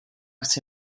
chci